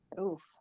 oof